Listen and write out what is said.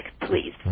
please